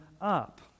up